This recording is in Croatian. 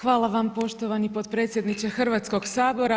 Hvala vam poštovani potpredsjedniče Hrvatskog sabora.